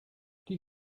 die